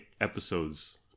episodes